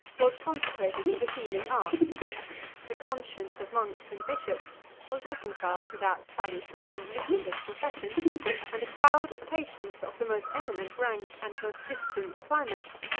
was consecrated to the healing art the conscience of monks and bishops was reconciled to that salutary and lucrative profession and a crowd of patients, of the most eminent rank, and most distant climates,